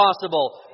possible